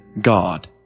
God